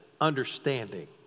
Understanding